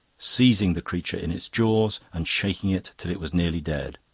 seizing the creature in its jaws and shaking it till it was nearly dead.